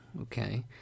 okay